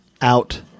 out